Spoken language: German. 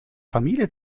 familie